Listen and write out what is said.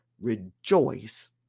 rejoice